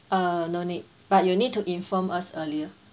uh no need but you need to inform us earlier